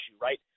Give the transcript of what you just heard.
right